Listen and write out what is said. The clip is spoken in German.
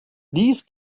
dies